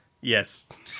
Yes